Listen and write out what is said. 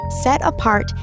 set-apart